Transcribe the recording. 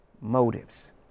motives